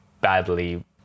badly